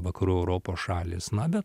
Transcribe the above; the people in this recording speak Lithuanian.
vakarų europos šalys na bet